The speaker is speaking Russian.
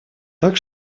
так